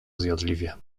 zjadliwie